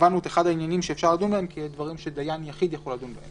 קבענו את אחד העניינים אפשר לדון בהם כדברים שדיין יחיד יכול לדון בהם.